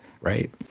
right